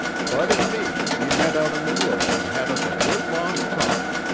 bud and me, we met out in the woods and had us a good long talk.